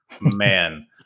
Man